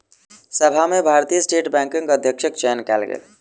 सभा में भारतीय स्टेट बैंकक अध्यक्षक चयन कयल गेल